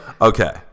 Okay